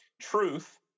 Truth